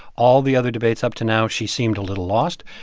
all the other debates up to now, she seemed a little lost.